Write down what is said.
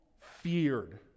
feared